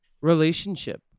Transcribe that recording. relationship